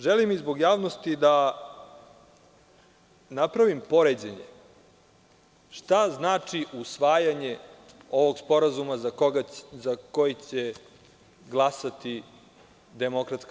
Želim i zbog javnosti da napravim poređenje šta znači usvajanje ovog sporazuma za koji će glasati DS.